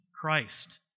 Christ